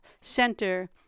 center